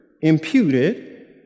imputed